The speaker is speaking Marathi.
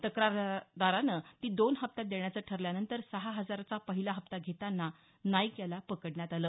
तक्रारदारानं ती दोन हप्त्यात देण्याचं ठरल्यानंतर सहा हजाराचा पहिला हप्ता घेतांना नाईक याला पकडण्यात आलं